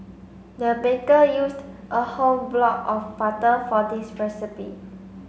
the baker used a whole block of butter for this recipe